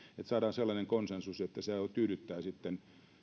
että saadaan sellainen konsensus jotta se tyydyttää sitten